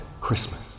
Christmas